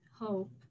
hope